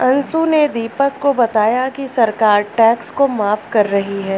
अंशु ने दीपक को बताया कि सरकार टैक्स को माफ कर रही है